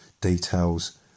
details